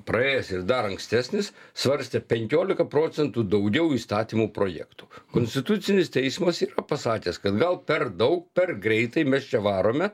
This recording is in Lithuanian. praėjęs ir dar ankstesnis svarstė penkiolika procnetų daugiau įstatymų projektų konstitucinis teismas yra pasakęs kad gal per daug per greitai mes čia varome